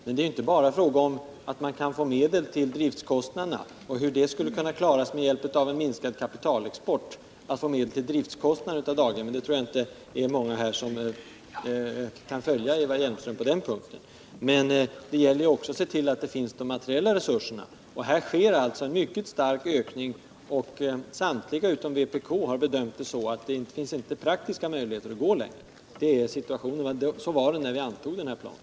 Men det är inte bara en fråga om att få medel till driftkostnaderna — jag tror f. ö. inte det är många här som kan följa Eva Hjelmström när hon hävdar att man genom att minska kapitalexporten kan — Nr 6 erhålla tillräckliga medel till daghemmens driftkostnader — utan det gäller också att se till att vi har de materiella resurserna. Här sker en mycket stark ökning, och samtliga partier, utom vpk, har bedömt att det inte finns praktiska möjligheter att gå längre. Det är dagens situation, och sådan var den också när vi antog planen.